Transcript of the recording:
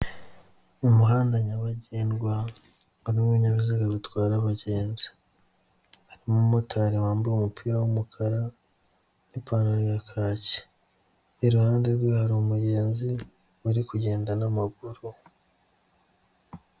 Mu muhanda nyabagendwa harimo ibinyabiziga bitwara abagenzi, hari umumotari wambaye umupira w'umukara n'ipantaro ya kaki, iruhande rwe hari umugenzi uri kugenda n'amaguru.